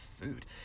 food